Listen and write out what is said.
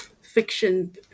fiction